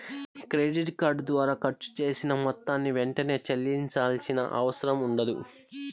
credit card ద్వారా ఖర్చు చేసిన మొత్తాన్ని వెంటనే చెల్లించాల్సిన అవసరం ఉండదు